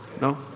No